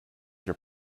your